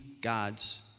God's